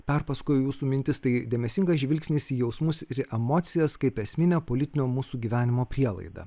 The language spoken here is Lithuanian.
perpasakoju jūsų mintis tai dėmesingas žvilgsnis į jausmus ir emocijas kaip esminę politinio mūsų gyvenimo prielaidą